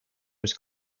was